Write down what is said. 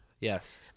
Yes